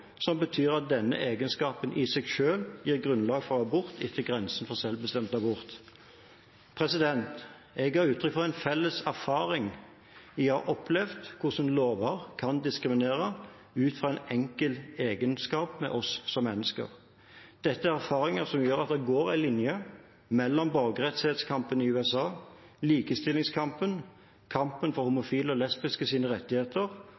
som betyr at denne egenskapen i seg selv gir grunnlag for abort etter grensen for selvbestemt abort. Jeg ga utrykk for en felles erfaring i å ha opplevd hvordan lover kan diskriminere ut fra én enkelt egenskap ved oss som mennesker. Det er erfaringer som gjør at det går en linje mellom borgerrettighetskampen i USA, likestillingskampen, kampen for homofile og lesbiskes rettigheter